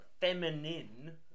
...feminine